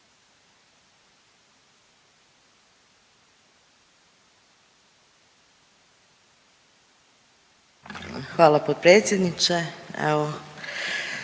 Hvala potpredsjedniče.